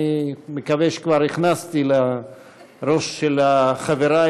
אני מקווה שכבר הכנסתי לראש של חבריי